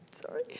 Sorry